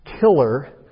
killer